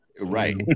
Right